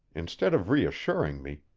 instead of reassuring me,